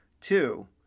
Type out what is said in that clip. Two